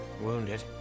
Wounded